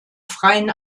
freien